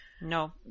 No